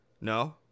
no